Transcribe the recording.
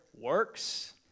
works